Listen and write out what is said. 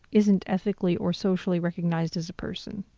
isn't ethically or socially recognized as a person.